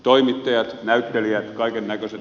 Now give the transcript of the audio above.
toimittajat näyttelijät kaikennäköiset